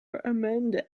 amanda